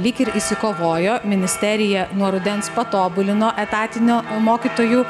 lyg ir išsikovojo ministerija nuo rudens patobulino etatinio mokytojų